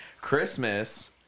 Christmas